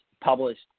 published